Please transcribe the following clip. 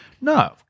no